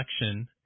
election